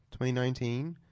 2019